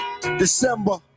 December